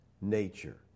nature